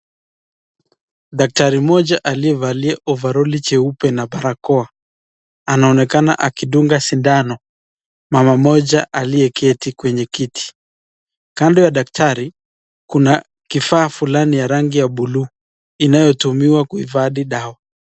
Daktari mmoja aliyevalia ovaroli jeupe na barakoa anaonekana akidunga sindano mama mmoja aliyeketi kwenye kiti. Kando ya daktari kuna kifaa fulani ya rangi ya buluu inayotumiwa kuhifadhi dawa.